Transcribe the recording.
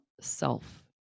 self